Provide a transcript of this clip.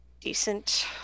decent